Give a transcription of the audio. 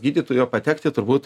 gydytojo patekti turbūt